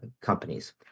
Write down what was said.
companies